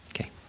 Okay